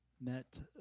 met